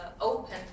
open